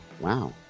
Wow